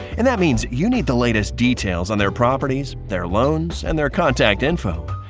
and that means you need the latest details on their properties, their loans and their contact info,